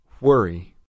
Worry